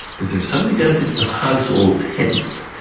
because if somebody goes into the house all tense,